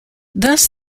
thus